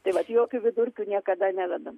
tai vat jokių vidurkių niekada nevedam